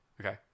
Okay